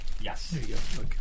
Yes